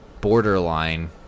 borderline